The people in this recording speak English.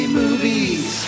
movies